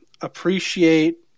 appreciate